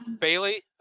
Bailey